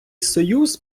союз